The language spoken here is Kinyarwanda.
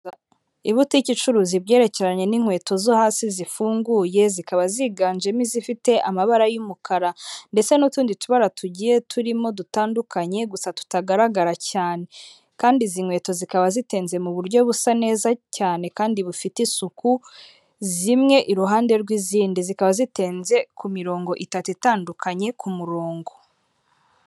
Ibutike icuruza ibyerekeranye n'inkweto zo hasi zifunguye. Zikaba ziganjemo izifite amabara y'umukara ndetse n'utundi tubara tugiye turimo dutandukanye, gusa tutagaragara cyane. Kandi izi nkweto zikaba zitenze mu buryo busa neza cyane kandi bufite isuku; zimwe iruhande rw'izindi, zikaba zitenze ku mirongo itatu itandukanye ku murongo.